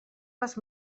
les